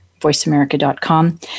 voiceamerica.com